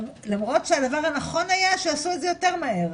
למרות שהדבר הנכון היה שיעשו את זה יותר מהר,